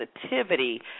sensitivity